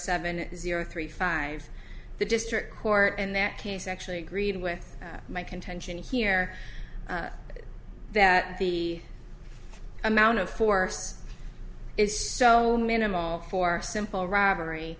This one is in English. seven zero three five the district court in that case actually agreed with my contention here that the amount of force is so minimal for a simple robbery